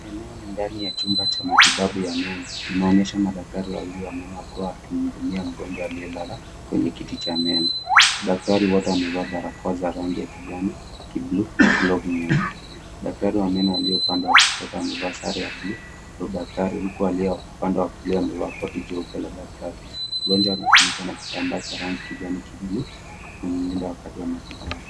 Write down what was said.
Eneo ni ndani ya chumba cha matibabu ya meno. Tunaonyeshwa madaktari wawili wa meno wakiwa wakimhudumia mgonjwa aliyelala kwenye kiti cha meno. Madaktari wote wamevaa barakoa za rangi ya kijanikibuluu na glovu nyeupe. Daktari wa meno aliye upande wa kushoto amevaa sare la buluu la udaktari huku aliye upande wa kulia amevaa koti leupe la daktari. Mgonjwa amefunikwa na kitambaa cha rangi kijani kibuluu kumlimda wakati wa matibabu.